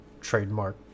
trademark